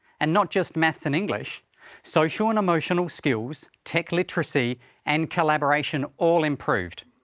and not just maths and english social and emotional skills, tech literacy and collaboration all improved.